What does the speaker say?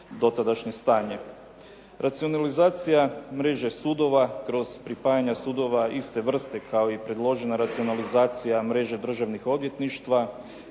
dotadašnje stanje. Racionalizacija mreže sudova kroz pripajanja sudova iste vrste kao i predložena racionalizacija mreže državnih odvjetništva